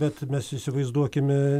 bet mes įsivaizduokime